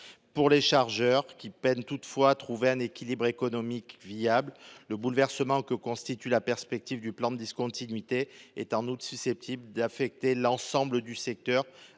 pour les chargeurs, qui peinent toutefois à trouver un équilibre économique viable. Le bouleversement que constitue la perspective du plan de discontinuité est en outre susceptible d’affecter l’ensemble du secteur,